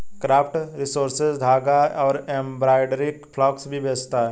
craft resources धागा और embroidery floss भी बेचता है